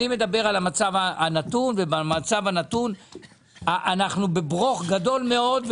המצב הנתון, כשבמצב הנתון אנחנו בברוך גדול מאוד.